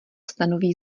stanoví